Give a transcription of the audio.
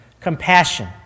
compassion